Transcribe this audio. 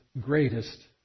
greatest